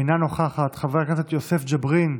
אינה נוכחת, חבר הכנסת יוסף ג'בארין,